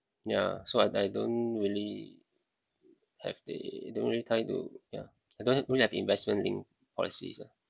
ya so I I don't really have the don't really tie to yeah I don't have don't have investment-linked policies lah